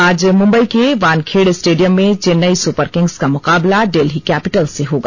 आज मुम्बंई के वानखेड़े स्टेडियम में चेन्नई सुपर किंग्स का मुकाबला डेल्ही कैपिटल्स से होगा